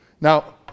Now